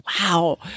wow